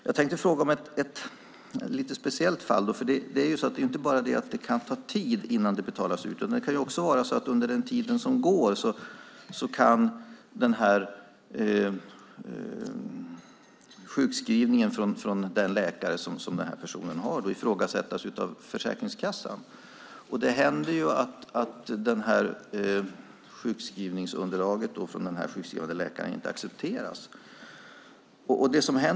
Jag tänkte ställa en fråga om ett lite speciellt fall. Det är inte bara fråga om att det kan ta tid innan ersättning betalas ut. Det kan också vara så att under den tid som går kan sjukskrivningen som görs av en läkare ifrågasättas av Försäkringskassan. Det händer att sjukskrivningsunderlaget från den sjukskrivande läkaren inte accepteras.